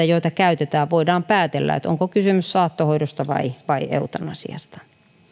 joita käytetään voidaan päätellä onko kysymys saattohoidosta vai vai eutanasiasta